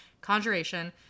conjuration